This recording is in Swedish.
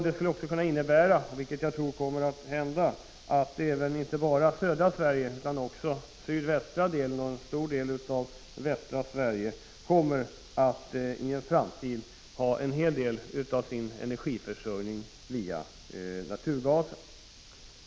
Det skulle kunna innebära — vilket jag tror kommer att hända — att inte bara södra Sverige, utan också sydvästra Sverige och en stor del av västra Sverige i framtiden kommer att få en hel del av sin energiförsörjning via naturgas.